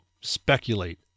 Speculate